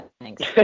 Thanks